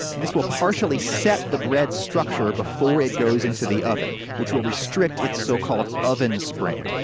this will partially set the bread's structure before it goes into the oven, which will restrict it's so-called oven spring.